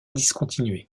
discontinuer